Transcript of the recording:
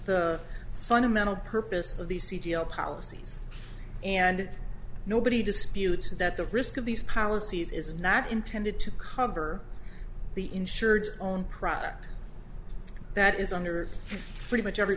the fundamental purpose of these c d o policies and nobody disputes that the risk of these policies is not intended to cover the insured own product that is under pretty much every